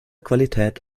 qualität